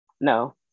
no